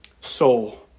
soul